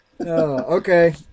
Okay